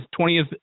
20th